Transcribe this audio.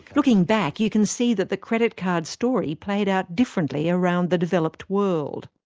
looking back, you can see that the credit card story played out differently around the developed world.